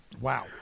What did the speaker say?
Wow